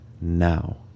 now